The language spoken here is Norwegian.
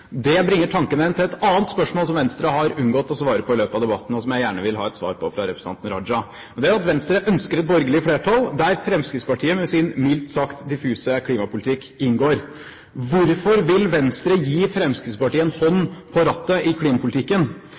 Det bringer tanken min hen til et annet spørsmål som Venstre har unngått å svare på i løpet av debatten, og som jeg gjerne vil ha et svar på av representanten Raja. Det er at Venstre ønsker et borgerlig flertall, der Fremskrittspartiet med sin mildt sagt diffuse klimapolitikk inngår. Hvorfor vil Venstre gi Fremskrittspartiet en hånd på rattet i klimapolitikken?